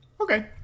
Okay